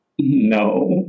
No